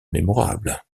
mémorables